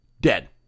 dead